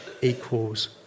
equals